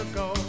go